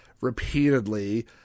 repeatedly